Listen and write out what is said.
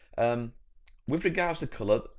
um with regards to colour,